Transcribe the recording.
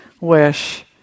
wish